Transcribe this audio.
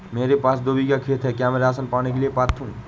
मेरे पास दो बीघा खेत है क्या मैं राशन पाने के लिए पात्र हूँ?